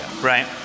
right